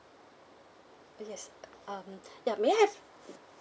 yes um yup may I have